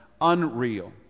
unreal